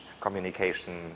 communication